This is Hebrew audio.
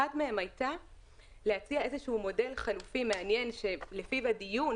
אחת מהן הייתה להציע מודל חלופי מעניין שלפיו הדיון